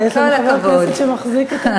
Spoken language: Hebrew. ויש לנו חבר כנסת שמחזיק את,